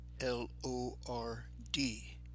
L-O-R-D